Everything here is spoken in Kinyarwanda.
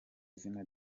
izina